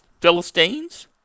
Philistines